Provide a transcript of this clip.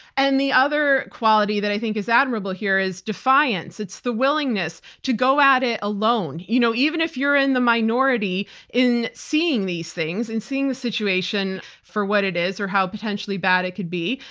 and the other quality that i think is admirable here is defiance. it's the willingness to go at it alone. you know even if you're in the minority in seeing these things and seeing the situation for what it is or how potentially bad it could be,